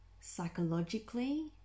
psychologically